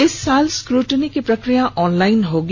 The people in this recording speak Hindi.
इस साल स्क्रूटनी की प्रक्रिया ऑनलाईन होगी